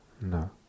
No